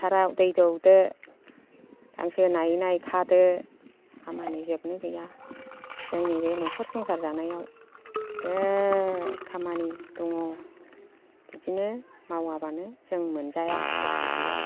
फोथाराव दै दौदो गांसो नायै नायै खादो खामानि जोबनो गैया जोंनि बे नखर संसार जानायाव नोगोर खामानि दङ बिदिनो मावाबानो जों मोनजाया उफाय गैया